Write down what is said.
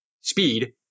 speed